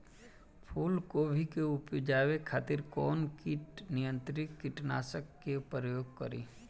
फुलगोबि के उपजावे खातिर कौन कीट नियंत्री कीटनाशक के प्रयोग करी?